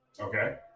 Okay